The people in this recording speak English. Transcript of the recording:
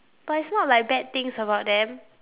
but it's not like bad things about them